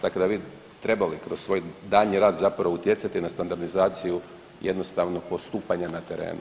Dakle, da bi trebali kroz svoj daljnji rad zapravo utjecati na standardizaciju jednostavno postupanja na terenu.